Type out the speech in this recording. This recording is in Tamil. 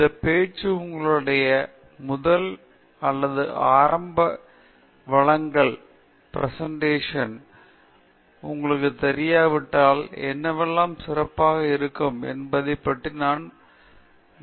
இந்த பேச்சு உங்களுடைய முதல் அல்லது ஆரம்ப வழங்கல் உங்களுக்கு தெரியாவிட்டால் என்னவெல்லாம் சிறப்பாக இருக்கும் என்பதை நான் நம்புகிறேன்